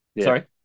Sorry